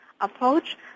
approach